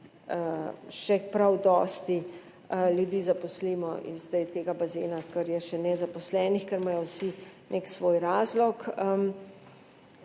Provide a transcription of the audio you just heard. še prav dosti ljudi zaposlimo in tega bazena, kar je še nezaposlenih, ker imajo vsi nek svoj razlog.